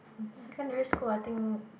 secondary school I think